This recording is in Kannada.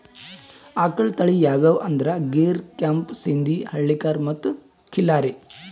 ಆಕಳ್ ತಳಿ ಯಾವ್ಯಾವ್ ಅಂದ್ರ ಗೀರ್, ಕೆಂಪ್ ಸಿಂಧಿ, ಹಳ್ಳಿಕಾರ್ ಮತ್ತ್ ಖಿಲ್ಲಾರಿ